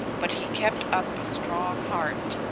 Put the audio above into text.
but he kept up a strong heart.